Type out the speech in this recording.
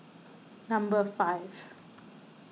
number five